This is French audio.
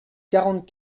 quarante